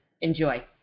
Enjoy